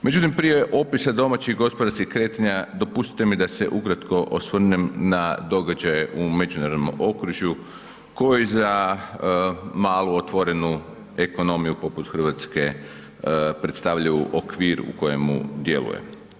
Međutim, prije opisa domaćih gospodarskih kretanja dopustite mi da se ukratko osvrnem na događaje u međunarodnom okružju koji za malu, otvorenu ekonomiju poput Hrvatske predstavljaju okvir u kojemu djeluje.